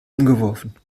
umgeworfen